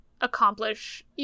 accomplish